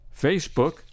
Facebook